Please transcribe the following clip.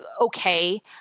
okay